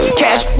cash